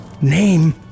name